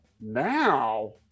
Now